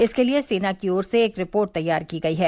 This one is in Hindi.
इसके लिये सेना की ओर से एक रिपोर्ट तैयार की गई है